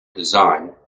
design